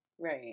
Right